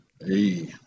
Hey